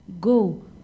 Go